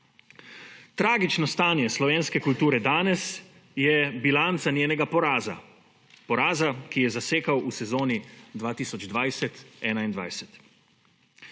Tragično stanje slovenske kulture danes je bilanca njenega poraza; poraza, ki je zasekal v sezoni 2020/2021.